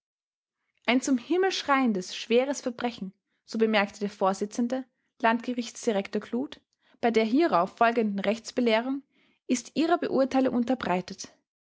ein zum himmel schreiendes schweres verbrechen so bemerkte der vorsitzende landgerichtsdirektor kluth bei der hierauf folgenden rechtsbelehrung ist ihrer beurteilung unterbreitet